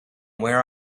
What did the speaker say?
where